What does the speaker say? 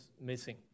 missing